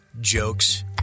jokes